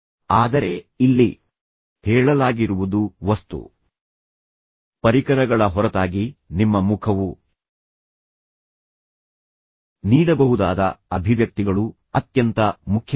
ಆದರೆ ಇಲ್ಲಿ ಹೇಳಲಾಗಿರುವುದು ವಸ್ತು ಪರಿಕರಗಳ ಹೊರತಾಗಿ ನಿಮ್ಮ ಮುಖವು ನೀಡಬಹುದಾದ ಅಭಿವ್ಯಕ್ತಿಗಳು ಅತ್ಯಂತ ಮುಖ್ಯವಾಗಿವೆ